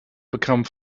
become